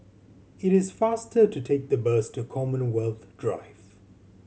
it is faster to take the bus to Commonwealth Drive